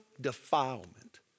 defilement